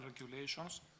regulations